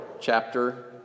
Chapter